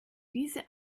diese